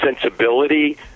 sensibility